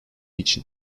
için